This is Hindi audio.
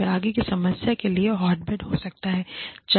और वह आगे की समस्या के लिए हॉटबेड हो सकता है